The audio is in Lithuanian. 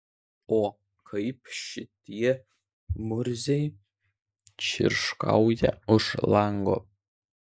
o kaip šitie murziai čirškauja už lango